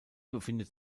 befindet